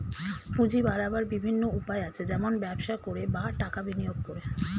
পুঁজি বাড়াবার বিভিন্ন উপায় আছে, যেমন ব্যবসা করে, বা টাকা বিনিয়োগ করে